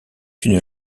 une